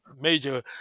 major